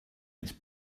its